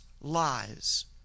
lies